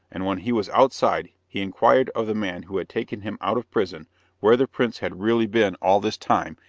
and when he was outside, he inquired of the man who had taken him out of prison where the prince had really been all this time,